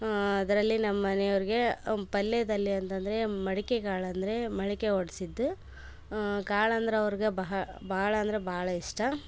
ಅದರಲ್ಲಿ ನಮ್ಮನೆಯವರಿಗೆ ಪಲ್ಯದಲ್ಲಿ ಅಂತಂದರೆ ಮಡಿಕೆ ಕಾಳಂದರೆ ಮಡಿಕೆ ಒಡ್ಸಿದ್ದು ಕಾಳಂದ್ರ ಅವರ್ಗ ಬಹಾ ಬಹಳಂದರೆ ಬಹಳ ಇಷ್ಟ